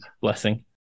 blessing